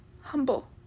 humble